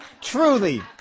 truly